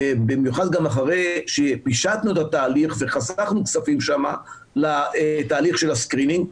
במיוחד גם אחרי שפישטנו את התהליך וחסכנו כספים שם לתהליך של הסקרינינג.